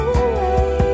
away